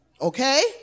okay